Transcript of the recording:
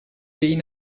pays